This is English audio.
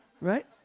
Right